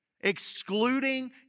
Excluding